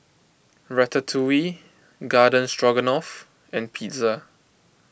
Ratatouille Garden Stroganoff and Pizza